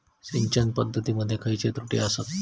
सिंचन पद्धती मध्ये खयचे त्रुटी आसत?